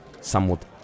somewhat